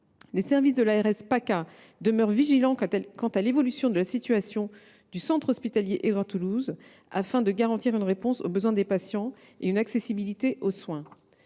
Alpes Côte d’Azur (Paca) demeurent vigilants quant à l’évolution de la situation du centre hospitalier Édouard Toulouse, afin de garantir une réponse aux besoins des patients et une accessibilité aux soins.